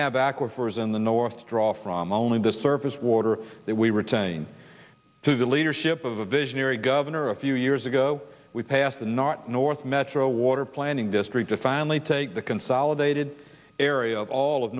have aquifers in the north to draw from only the surface water that we retain to the leadership of a visionary governor a few years ago we passed the not north metro water planning district a family take the consolidated area of all of